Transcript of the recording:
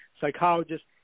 psychologists